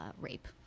rape